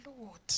Lord